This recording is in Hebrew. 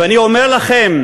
ואני אומר לכם: